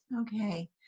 Okay